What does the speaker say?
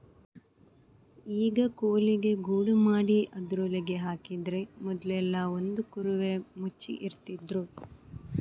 ಈಗ ಕೋಳಿಗೆ ಗೂಡು ಮಾಡಿ ಅದ್ರೊಳಗೆ ಹಾಕಿದ್ರೆ ಮೊದ್ಲೆಲ್ಲಾ ಒಂದು ಕುರುವೆ ಮುಚ್ಚಿ ಇಡ್ತಿದ್ರು